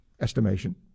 estimation